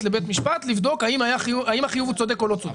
לבית המשפט לבדוק האם החיוב צודק או לא צודק.